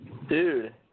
Dude